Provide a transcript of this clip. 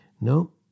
No